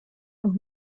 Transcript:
und